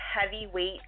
Heavyweight